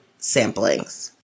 samplings